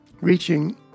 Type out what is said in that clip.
reaching